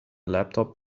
laptop